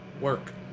work